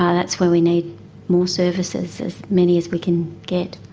that's where we need more services, as many as we can get.